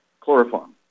chloroform